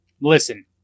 listen